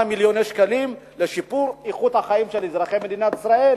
מיליוני שקלים לשיפור איכות החיים של אזרחי מדינת ישראל.